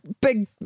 big